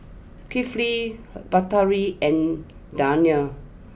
Kifli Batari and Danial